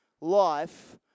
life